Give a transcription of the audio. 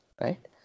right